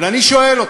אבל אני שואל אותך: